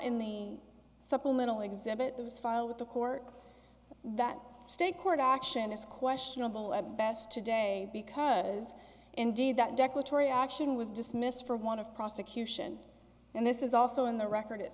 in the supplemental exhibit that was filed with the court that state court action is questionable at best today because indeed that action was dismissed for want of prosecution and this is also in the record